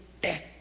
death